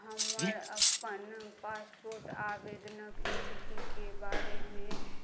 हमर अपन पासपोर्ट आवेदनक स्थितिके बारेमे